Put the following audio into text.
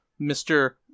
mr